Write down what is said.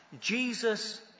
Jesus